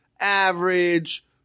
average